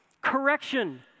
correction